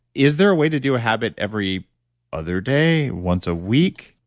is there a way to do a habit every other day? once a week?